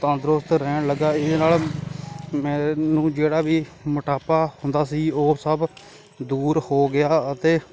ਤੰਦਰੁਸਤ ਰਹਿਣ ਲੱਗਾ ਇਹਦੇ ਨਾਲ ਮੈਨੂੰ ਜਿਹੜਾ ਵੀ ਮੋਟਾਪਾ ਹੁੰਦਾ ਸੀ ਉਹ ਸਭ ਦੂਰ ਹੋ ਗਿਆ ਅਤੇ